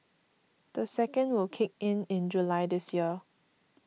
the second will kick in in July this year